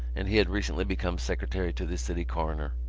and he had recently become secretary to the city coroner.